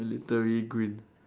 military green